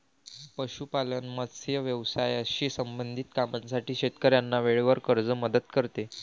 पशुपालन, मत्स्य व्यवसायाशी संबंधित कामांसाठी शेतकऱ्यांना वेळेवर कर्ज मदत करते